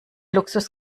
luxus